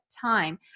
time